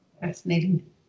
Fascinating